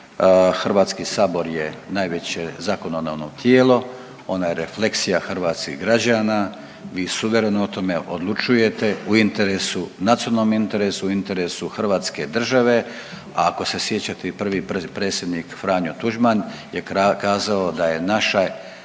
Hrvatski sabor je najveće zakonodavno tijelo, ona je refleksija hrvatskih građana, vi suvereno o tome odlučujete u interesu, nacionalnom interesu, u interesu hrvatske države, a ako se sjećate i prvi predsjednik Franjo Tuđman ja kazao da je naše,